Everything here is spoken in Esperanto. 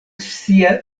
sia